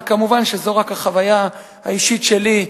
וכמובן שזו רק החוויה האישית שלי,